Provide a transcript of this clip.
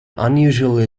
unusually